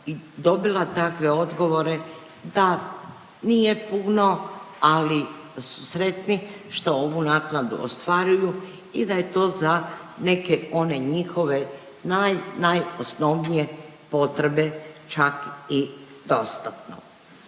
dobila takve odgovore da nije puno ali su sretni što ovu naknadu ostvaruju i da je to za neke one njihove naj najosnovnije potrebe čak i dostatno.